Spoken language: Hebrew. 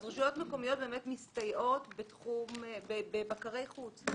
רשויות מקומיות באמת מסתייעות בבקרי חוץ,